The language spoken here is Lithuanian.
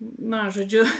na žodžiu